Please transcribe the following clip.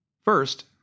First